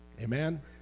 Amen